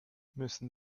müssen